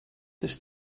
this